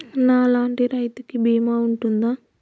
నా లాంటి రైతు కి బీమా ఉంటుందా?